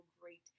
great